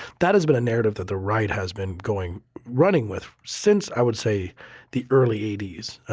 that has been a narrative that the right has been going running with since i would say the early eighty s.